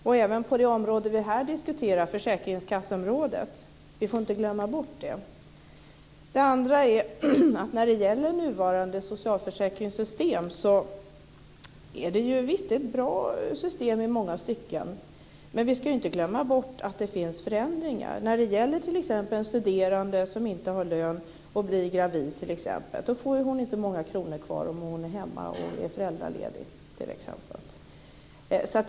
Det gäller även det område som vi här diskuterar, försäkringskasseområdet. Vi får inte glömma bort det. Det andra är att nuvarande socialförsäkringssystem visst är bra i vissa stycken. Men vi ska inte glömma bort att det finns sämre sidor. Det gäller t.ex. en studerande som inte har lön och som blir gravid. Hon får inte många kronor kvar om hon är hemma och är föräldraledig. Det är ett exempel.